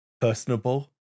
personable